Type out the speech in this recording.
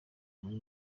muri